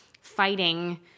fighting